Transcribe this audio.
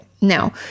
Now